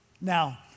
Now